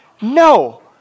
No